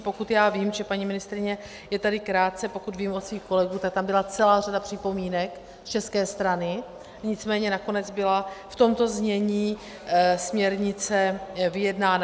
Pokud já vím, paní ministryně je tady krátce, pokud vím od svých kolegů, tak tam byla celá řada připomínek z české strany, nicméně nakonec byla v tomto znění směrnice vyjednána.